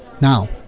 Now